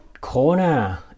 corner